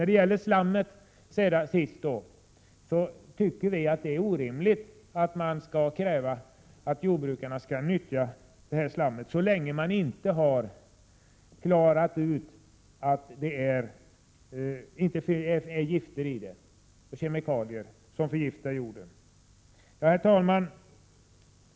Det är orimligt att kräva att jordbrukarna skall nyttja slammet så länge det inte har klarats ut att det inte är gifter och kemikalier i det som förgiftar jorden. Herr talman!